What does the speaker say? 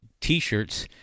t-shirts